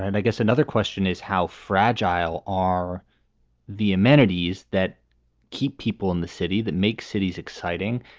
and i guess another question is, how fragile are the amenities that keep people in the city that make cities exciting?